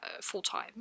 full-time